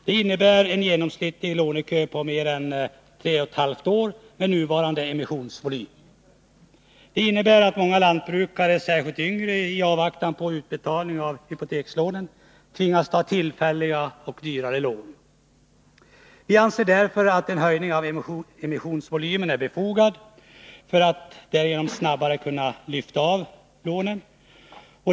Det innebär en genomsnittlig lånekö på mer än 3,5 år med nuvarande emissionsvolym. Det leder till att många lantbrukare, särskilt yngre, i avvaktan på utbetalning av hypotekslånen, tvingas ta tillfälliga och dyrare lån. Vi anser därför att en höjning av emissionsvolymen är befogad, för att man därigenom snabbare skall kunna lyfta av lånen.